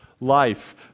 life